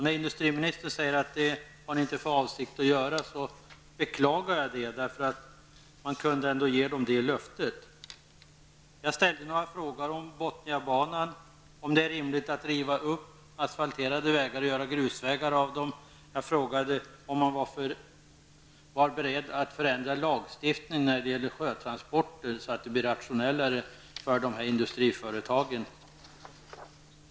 När industriministern säger att man inte har för avsikt att göra det beklagar jag, för ni kunde ändå ge ett sådant löfte. Jag ställde några frågor om Bothniabanan -- om det är rimligt att riva upp asfalterade vägar och göra grusvägar av dem. Jag frågade om man är beredd att ändra lagstiftningen när det gäller sjötransporter, så att de blir rationellare för industriföretagen.